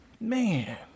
Man